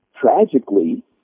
tragically